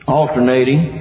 alternating